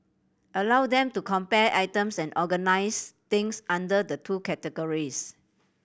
allow them to compare items and organise things under the two categories